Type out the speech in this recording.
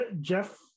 Jeff